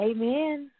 Amen